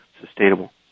sustainable